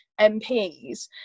mps